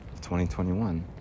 2021